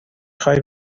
خوای